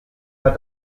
hat